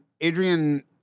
Adrian